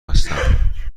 هستم